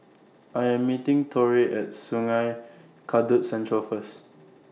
I Am meeting Torey At Sungei Kadut Central First